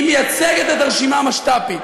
היא מייצגת את הרשימה המשת"פית.